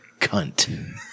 cunt